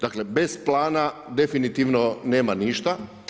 Dakle, bez plana definitivno nema ništa.